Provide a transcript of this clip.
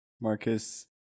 Marcus